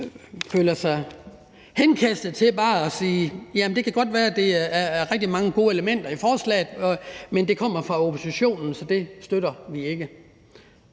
føler sig kaldet til bare at sige henkastet, at det godt kan være, at der er rigtig mange gode elementer i forslaget, men det kommer fra oppositionen, så det støtter vi ikke.